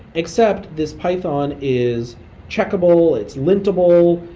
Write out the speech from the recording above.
except this python is checkable, it's lintable,